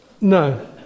No